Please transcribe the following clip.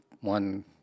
one